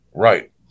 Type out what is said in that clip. Right